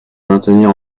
maintenir